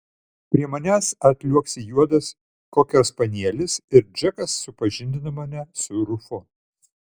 prie manęs atliuoksi juodas kokerspanielis ir džekas supažindina mane su rufu